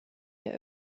der